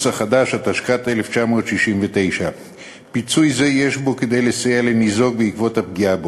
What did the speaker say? התשכ"ט 1969. פיצוי זה יש בו כדי לסייע לניזוק בעקבות הפגיעה בו.